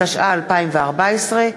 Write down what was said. התשע"ה 2014,